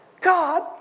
God